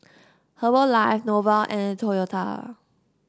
Herbalife Nova and Toyota